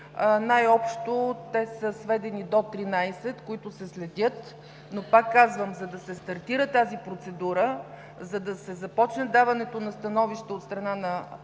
най-общо те са сведени до 13, които се следят, но, пак казвам, за да се стартира тази процедура, за да се започне даването на становища от страна на представители